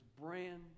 brand